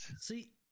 See